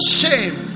shame